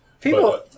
People